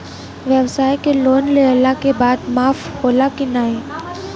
ब्यवसाय के लोन लेहला के बाद माफ़ होला की ना?